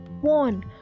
One